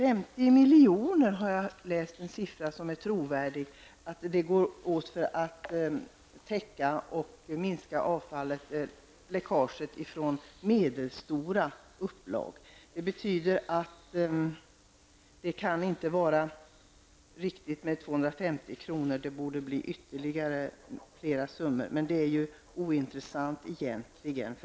En trovärdig uppgift jag har läst är att det krävs 50 miljoner för att täcka och minska läckaget från medelstora upplag. Det betyder att 250 milj.kr. inte kan räcka. Beloppet borde vara större. Det är egentligen ointressant.